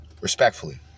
Respectfully